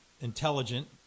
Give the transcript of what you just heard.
intelligent